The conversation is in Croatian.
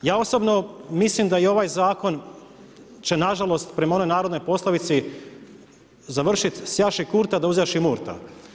Ja osobno mislim da ovaj zakon će nažalost prema onoj narodnoj poslovici završit „sjaši Kurta da uzjaši Murta“